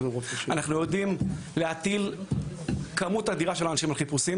אנחנו יודעים להטיל כמות אדירה של אנשים לחיפושים